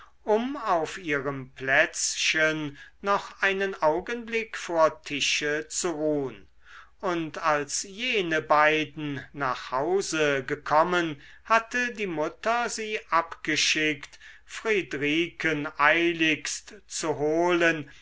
um auf ihrem plätzchen noch einen augenblick vor tische zu ruhen und als jene beiden nach hause gekommen hatte die mutter sie abgeschickt friedriken eiligst zu holen